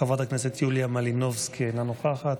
חברת הכנסת יוליה מלינובסקי, אינה נוכחת,